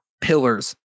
pillars